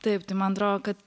taip man atro kad